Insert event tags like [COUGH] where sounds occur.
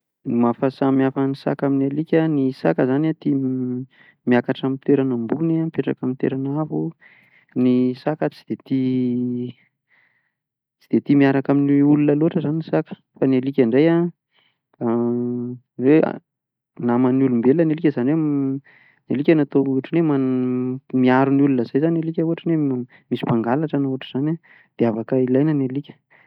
Ny maha samihafa ny saka amin'ny alika: ny saka izany an tia miakatra amin'ny toerana ambony an, mipetraka amin'ny toerana avo. Ny saka tsy dia tia [HESITATION] tsy dia tia miaraka amin'ny olona loatra izany ny saka fa ny alika indray an hoe naman'ny olombelona ny alika izany hoe [HESITATION] ny alika natao ohatran'ny m- hoe miaro ny olona izay ny alika ohatra hoe misy mpangalatra na ohatr'izany an dia afaka ilaina ny alika.